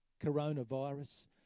coronavirus